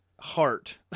Heart